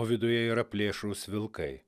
o viduje yra plėšrūs vilkai